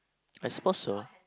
I suppose so